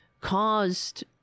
caused